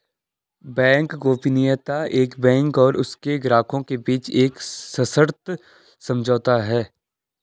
bank गोपनीयता एक bank और उसके ग्राहकों के बीच एक सशर्त समझौता है